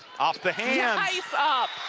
off the hands. nice up.